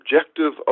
objective